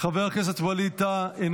חבר הכנסת ווליד טאהא,